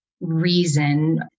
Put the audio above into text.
reason